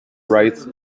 rights